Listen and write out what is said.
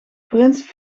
prins